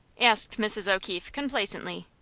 asked mrs. o'keefe complacently.